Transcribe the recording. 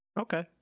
Okay